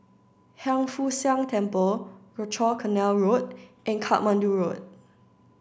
Hiang Foo Siang Temple Rochor Canal Road and Katmandu Road